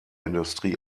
industrie